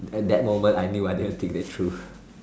at that moment I knew I didn't think that through